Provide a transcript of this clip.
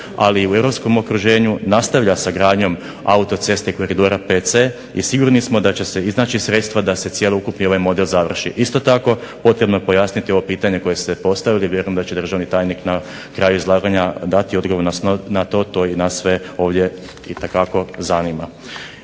ali i u europskom okruženju nastavlja sa gradnjom autoceste koridora VC i sigurni smo da će se iznaći sredstva da se cjelokupni ovaj model završi. Isto tako, potrebno je pojasniti ovo pitanje koje ste postavili. Vjerujem da će državni tajnik na kraju izlaganja dati odgovor na to, to i nas sve ovdje itekako zanima.